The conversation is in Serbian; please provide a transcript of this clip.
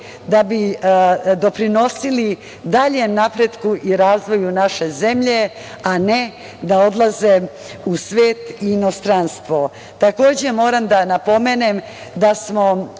da bi doprinosili daljem napretku i razvoju naše zemlje, a ne da odlaze u svet i inostranstvo. Takođe, moram da napomenem da od